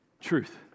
truth